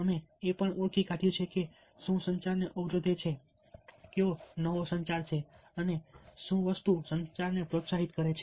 અમે એ પણ ઓળખી કાઢ્યું છે કે શું સંચારને અવરોધે છે કયો નવો સંચાર છે શું સંચારને પ્રોત્સાહિત કરે છે